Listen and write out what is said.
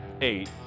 eight